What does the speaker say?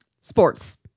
sports